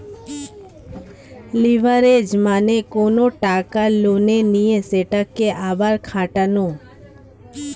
leverage মানে কোনো টাকা লোনে নিয়ে সেটাকে আবার খাটানো